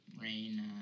Rain